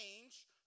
change